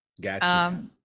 Gotcha